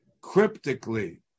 cryptically